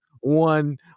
one